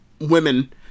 women